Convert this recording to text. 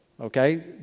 Okay